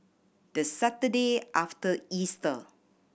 the Saturday after Easter